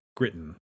Gritton